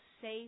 safe